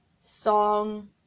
Song